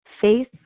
faith